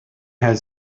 had